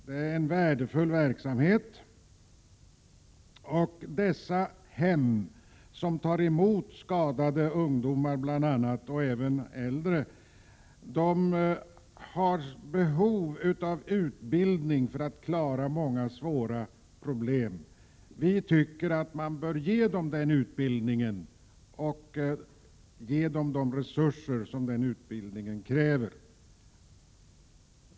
Det är en värdefull verksamhet. Personalen på dessa hem som tar emot bl.a. skadade ungdomar och äldre har behov av utbildning för att klara många svåra problem. Vi tycker att man bör ge hemmen den utbildningen och de resurser som utbildningen kräver.